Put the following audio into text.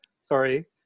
Sorry